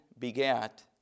Begat